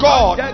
God